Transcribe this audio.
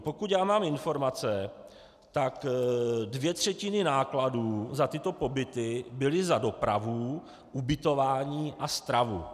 Pokud mám informace, tak dvě třetiny nákladů za tyto pobyty byly za dopravu, ubytování a stravu.